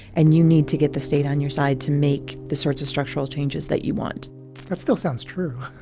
and you need to get the state on your side to make the sorts of structural changes that you want. it still sounds true.